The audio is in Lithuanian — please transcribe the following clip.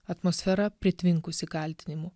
atmosfera pritvinkusi kaltinimų